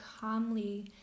calmly